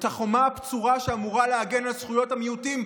את החומה הבצורה שאמורה להגן על זכויות המיעוטים,